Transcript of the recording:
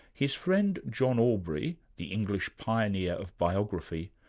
his friend john aubrey, the english pioneer of biography,